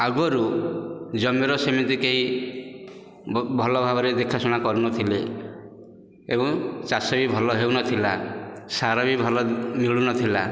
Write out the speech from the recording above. ଆଗରୁ ଜମିର ସେମିତି କେହି ଭ ଭଲଭାବରେ ଦେଖାଶୁଣା କରୁନଥିଲେ ଏବଂ ଚାଷ ବି ଭଲ ହେଉନଥିଲା ସାର ବି ଭଲ ମିଳୁନଥିଲା